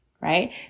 right